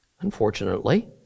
Unfortunately